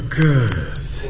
good